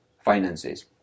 finances